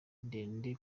ndende